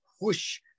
whoosh